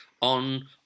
on